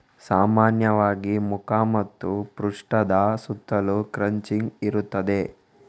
ಸಾಮಾನ್ಯವಾಗಿ ಮುಖ ಮತ್ತು ಪೃಷ್ಠದ ಸುತ್ತಲೂ ಕ್ರಚಿಂಗ್ ಇರುತ್ತದೆ